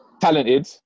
Talented